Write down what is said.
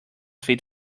fit